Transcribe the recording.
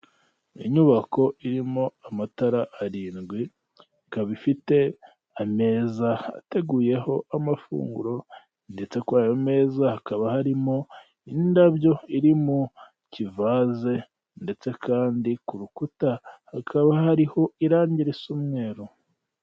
Inyubako irimo amatara arindwi, ikaba ifite ameza ateguyeho amafunguro ndetse kuri ayo meza hakaba harimo indabyo iri mu kivaze; ndetse kandi ku rukuta hakaba hariho irangi risa umweru.